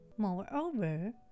Moreover